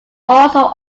also